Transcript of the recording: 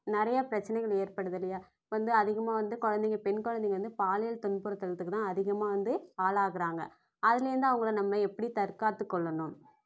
நிறையா பிரச்சினைகள் ஏற்படுது இல்லையா வந்து அதிகமாக வந்து குழந்தைங்க பெண் குழந்தைங்க வந்து பாலியல் துன்புறுத்தலுக்குதான் அதிகமாக வந்து ஆள் ஆகிறாங்க அதுலேருந்து அவங்கள நம்ம எப்படி தற்காற்று கொள்ளணும்